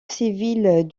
civile